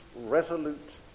resolute